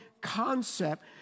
concept